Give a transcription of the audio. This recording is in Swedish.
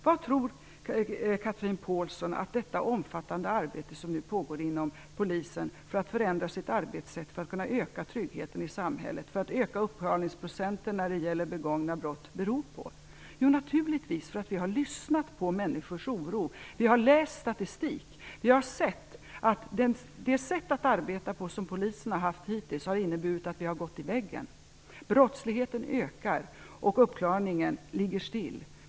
Vad tror Chatrine Pålsson att det omfattande arbete som nu pågår inom Polisen för att för att förändra arbetssättet, öka tryggheten i samhället och öka uppklarningsprocenten när det gäller begångna brott beror på? Jo, naturligtvis beror det på att vi har lyssnat på människors oro. Vi har läst statistik. Vi har sett att det sätt som Polisen har arbetat på hittills har lett till att vi har gått in i väggen. Brottsligheten ökar, och uppklarningen ligger stilla.